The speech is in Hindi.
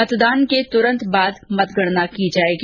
मतदान के तूरंत बाद मतगणना की जाएगी